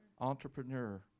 Entrepreneur